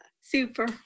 Super